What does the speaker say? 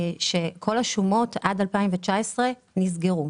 שכל השומות עד 2019 נסגרו.